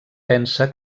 pensa